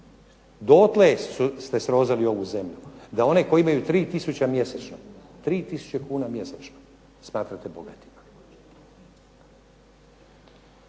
Dotle ste srozali ovu zemlju, da one koji imaju 3000 mjesečno, 3000 kuna mjesečno smatrate bogatima.